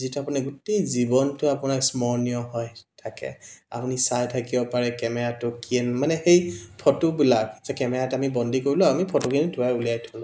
যিটো আপুনি গোটেই জীৱনটোৱে আপোনাৰ স্মৰণীয় হৈ থাকে আপুনি চাই থাকিব পাৰে কেমেৰাটো কি মানে সেই ফটোবিলাক যে কেমেৰাত আমি বন্দী কৰিলোঁ আমি ফটোখিনি ধোৱাই উলিয়াই থ'লোঁ